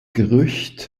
gerücht